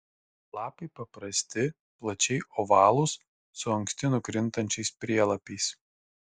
lapai paprasti plačiai ovalūs su anksti nukrintančiais prielapiais